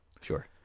Sure